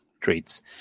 treats